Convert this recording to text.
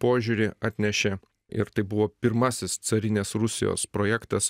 požiūrį atnešė ir tai buvo pirmasis carinės rusijos projektas